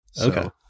Okay